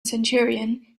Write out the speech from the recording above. centurion